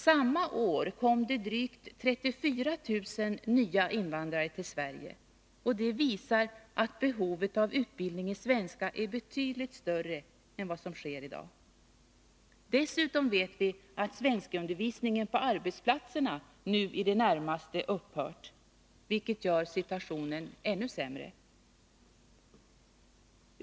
Samma år kom det drygt 34 000 nya invandrare till Sverige, vilket visar att behovet av utbildning i svenska är betydligt större än den utbildning som bedrivs i dag. Dessutom vet vi att svenskundervisningen på arbetsplatserna nu i det närmaste upphört, vilket gör situationen ännu sämre.